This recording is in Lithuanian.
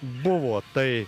buvo tai